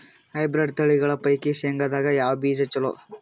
Hybrid ತಳಿಗಳ ಪೈಕಿ ಶೇಂಗದಾಗ ಯಾವ ಬೀಜ ಚಲೋ?